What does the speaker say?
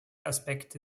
aspekte